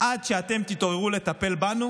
עד שאתם תתעוררו לטפל בנו